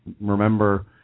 remember